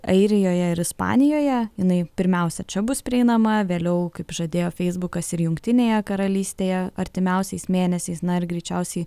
airijoje ir ispanijoje jinai pirmiausia čia bus prieinama vėliau kaip žadėjo feisbukas ir jungtinėje karalystėje artimiausiais mėnesiais na ir greičiausiai